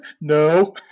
No